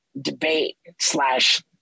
debate/slash